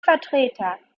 vertreter